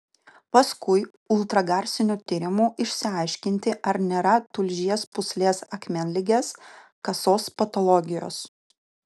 paskui ultragarsiniu tyrimu išsiaiškinti ar nėra tulžies pūslės akmenligės kasos patologijos